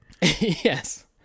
Yes